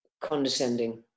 condescending